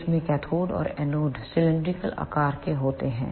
इसमें कैथोड और anode cylindrical cylindrical आकार के होते हैं